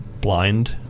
blind